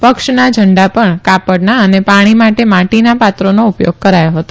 પક્ષના ઝંડા પણ કાપડના અને પાણી માટે માટીના પાત્રોનો ઉપયોગ કરાયો હતો